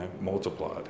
multiplied